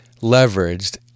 leveraged